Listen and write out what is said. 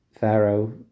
Pharaoh